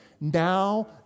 Now